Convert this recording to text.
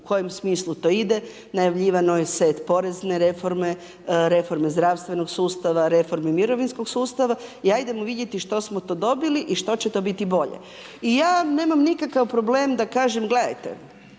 u kojem smislu to ide, najavljivano je set porezne reforme, reforme zdravstvenog sustava, reforme mirovinskog sustava i ajdemo vidjeti što smo to dobili i što će to biti bolje. I ja nemam nikakav problem da kažem, gledajte